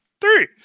three